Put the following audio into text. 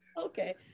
okay